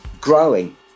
growing